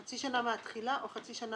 חצי שנה מהתחילה או מהייצור?